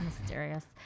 Mysterious